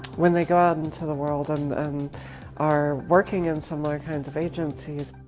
when they go out into the world and and are working in similar kinds of agencies,